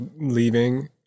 leaving